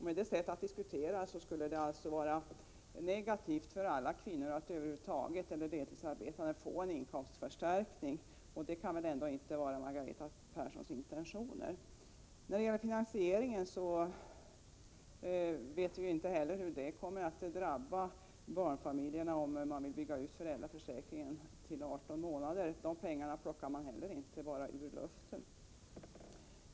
Med det sättet att diskutera skulle det alltså vara negativt för alla kvinnor eller deltidsarbetande över huvud taget att få en inkomstförstärkning, och det kan väl ändå inte vara Margareta Perssons intentioner. Vad gäller finansieringen vet vi inte hur det kan komma att drabba barnfamiljerna om man vill bygga ut föräldraförsäkringen till 18 månader. Dessa pengar plockar man heller inte bara ur luften.